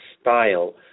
style